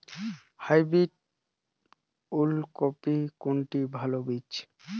Hybrid ওল কপির কোনটি ভালো বীজ?